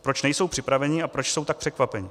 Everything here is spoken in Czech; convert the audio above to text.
Proč nejsou připraveny a proč jsou tak překvapeny?